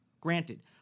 granted